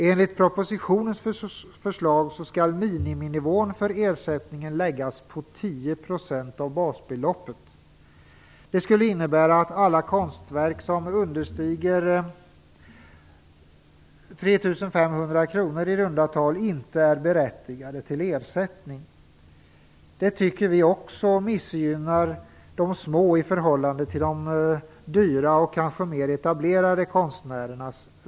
Enligt propositionens förslag skall miniminivån för ersättningen läggas på 10 % av basbeloppet. Det skulle innebära att alla konstverk som understiger Det tycker vi missgynnar de mindre kända konstnärernas verk i förhållande till dyrare verk av kanske mer etablerade konstnärer.